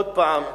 עוד פעם,